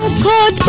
good